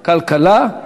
כלכלה?